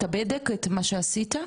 הבדק, את מה שעשית?